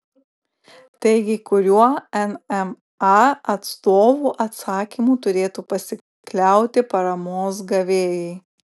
taigi kuriuo nma atstovų atsakymu turėtų pasikliauti paramos gavėjai